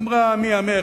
היא אמרה: עמי עמך,